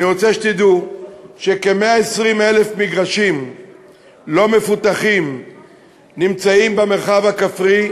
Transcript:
אני רוצה שתדעו שכ-120,000 מגרשים לא מפותחים נמצאים במרחב הכפרי,